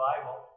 Bible